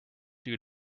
due